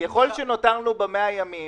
ככל שנותרנו ב-100 ימים,